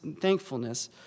thankfulness